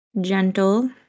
gentle